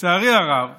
לצערי הרב